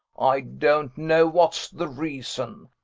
i don't know what's the reason,